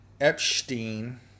Epstein